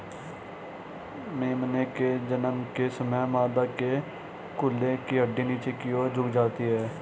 मेमने के जन्म के समय मादा के कूल्हे की हड्डी नीचे की और झुक जाती है